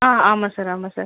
ஆ ஆமாம் சார் ஆமாம் சார்